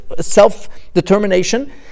self-determination